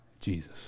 Jesus